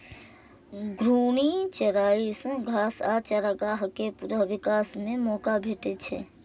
घूर्णी चराइ सं घास आ चारागाह कें पुनः विकास के मौका भेटै छै